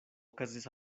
okazis